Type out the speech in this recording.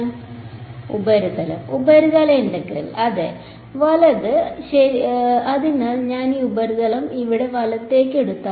വിദ്യാർത്ഥി ഉപരിതലം ഉപരിതല ഇന്റഗ്രൽ വലത് അതിനാൽ ഞാൻ ഈ ഉപരിതലം ഇവിടെ വലത്തേക്ക് എടുത്താൽ